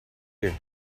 year